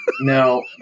No